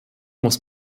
muss